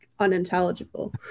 unintelligible